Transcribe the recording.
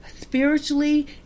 spiritually